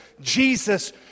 Jesus